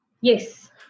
yes